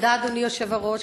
תודה, אדוני היושב-ראש.